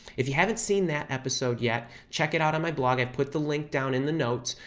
if you haven't seen that episode yet, check it out on my blog, i put the link down in the notes.